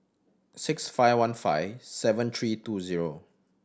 six five one five seven three two zero